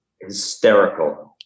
hysterical